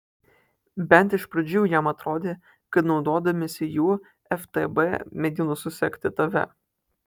bent iš pradžių jam atrodė kad naudodamiesi juo ftb mėgino susekti tave